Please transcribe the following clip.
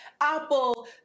Apple